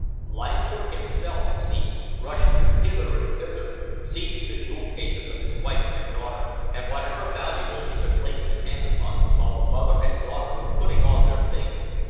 leithcourt himself, it seemed, rushed hither and thither, seizing the jewel-cases of his wife and daughter and whatever valuables he could place his hand upon, while the mother and daughter were putting on their things.